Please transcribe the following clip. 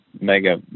mega